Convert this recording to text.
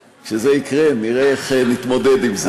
כשזה יקרה, נראה איך להתמודד עם זה.